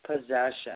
Possession